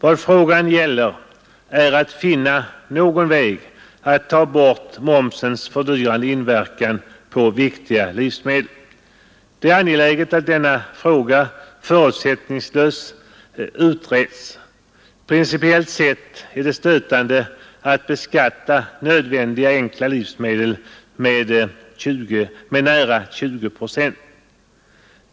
Vad det här gäller är att finna något sätt att ta bort momsens fördyrande inverkan på viktiga livsmedel. Det är angeläget att denna fråga förutsättningslöst utreds. Principiellt sett är det stötande att beskatta nödvändiga, enkla livsmedel med nära 20 procent.